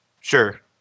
Sure